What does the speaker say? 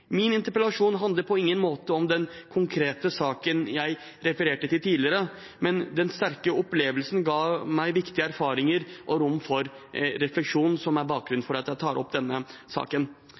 Min interpellasjon handler på ingen måte om den konkrete saken jeg refererte til tidligere, men den sterke opplevelsen ga meg viktige erfaringer og rom for refleksjon, som er bakgrunnen for at jeg tar opp denne saken.